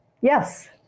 Yes